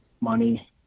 money